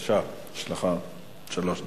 בבקשה, יש לך שלוש דקות.